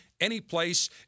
Anyplace